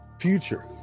future